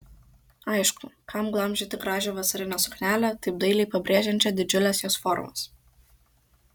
aišku kam glamžyti gražią vasarinę suknelę taip dailiai pabrėžiančią didžiules jos formas